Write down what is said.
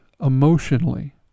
emotionally